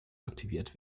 aktiviert